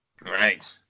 Right